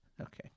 Okay